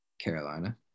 Carolina